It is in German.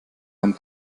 einem